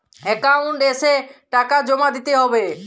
Account এসে টাকা জমা দিতে হবে?